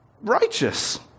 righteous